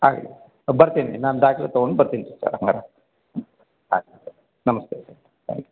ಆಗಲಿ ಬರ್ತೀನಿ ನಾನು ದಾಖಲೆ ತಗೊಂಡು ಬರ್ತೀನಿ ಸರ್ ಹಂಗಾರೆ ಹ್ಞೂ ಆಗಲಿ ಸರ್ ನಮಸ್ತೆ ಸರ್ ತ್ಯಾಂಕ್ ಯು